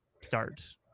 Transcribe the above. starts